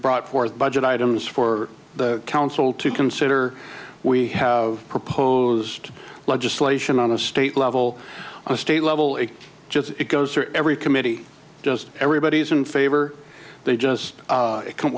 brought forth budget items for the council to consider we have proposed legislation on a state level a state level it just it goes for every committee just everybody's in favor they just